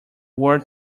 world